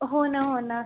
हो ना हो ना